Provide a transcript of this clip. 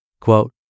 Quote